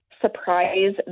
surprise